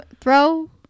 throw